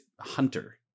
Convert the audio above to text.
hunter